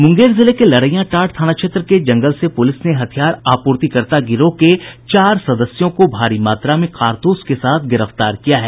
मुंगेर जिले के लरैयाटांड थाना क्षेत्र के जंगल से पुलिस ने हथियार आपूर्तिकर्त्ता गिरोह के चार सदस्यों को भारी मात्रा में कारतूस के साथ गिरफ्तार किया है